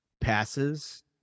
passes